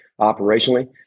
operationally